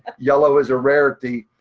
yellow is a rarity.